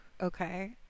Okay